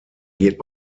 geht